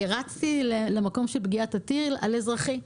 רצתי למקום פגיעת הטיל על אזרחי,